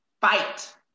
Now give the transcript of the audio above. fight